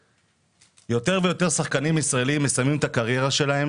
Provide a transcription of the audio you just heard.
יותר ויותר שחקנים ישראלים מסיימים את הקריירה שלהם